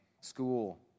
school